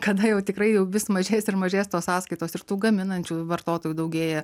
kada jau tikrai jau vis mažės ir mažės tos sąskaitos ir tų gaminančių vartotojų daugėja